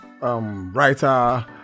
writer